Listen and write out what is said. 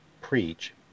preach